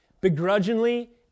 Begrudgingly